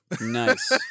Nice